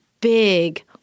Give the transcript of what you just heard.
big